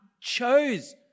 chose